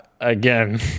Again